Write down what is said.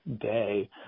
day